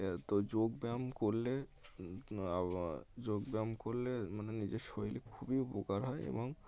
তো যোগব্যায়াম করলে যোগব্যায়াম করলে মানে নিজের শরীর খুবই উপকার হয় এবং